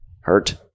hurt